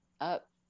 up